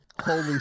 Holy